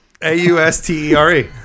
A-U-S-T-E-R-E